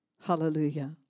Hallelujah